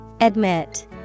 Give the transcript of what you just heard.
Admit